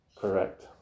correct